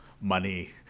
money